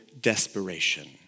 desperation